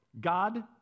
God